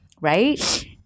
right